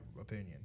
opinion